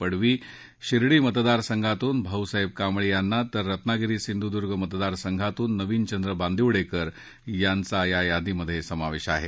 पडवी शिर्डी मतदारसंघातून भाऊसाहेब कांबळे यांना तर रत्नागिरी सिंधुदुर्ग मतदारसंघातून नविनचंद्र बांदिवडेकर यांचा या यादीत समावेश आहे